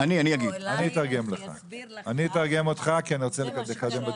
אני אתרגם אותך, כי אני רוצה לקדם את הדיון.